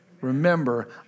Remember